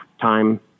time